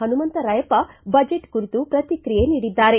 Hanumantharayappa budget ಕುರಿತು ಪ್ರತಿಕ್ರಿಯೆ ನೀಡಿದ್ದಾರೆ